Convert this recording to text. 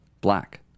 black